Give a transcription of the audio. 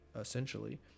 essentially